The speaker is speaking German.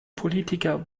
politiker